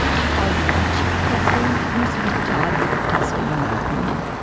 how much testing. it needs to be targeted testing in my opinion,